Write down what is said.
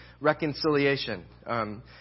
reconciliation